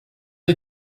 est